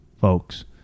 folks